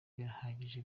birahagije